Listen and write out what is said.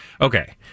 Okay